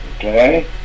Okay